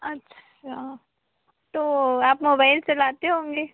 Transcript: अच्छा तो आप मोबाइल चलाते होंगे